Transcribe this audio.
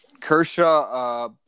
Kershaw